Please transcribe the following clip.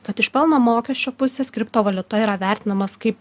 tad iš pelno mokesčio pusės kriptovaliuta yra vertinamas kaip